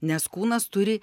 nes kūnas turi